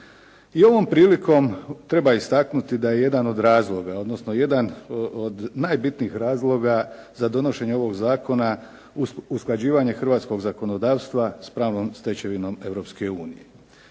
ovom prilikom treba istaknuti da je jedan od razloga, odnosno jedan od najbitnijih razloga za donošenje ovog zakona usklađivanje hrvatskog zakonodavstva s pravnom stečevinom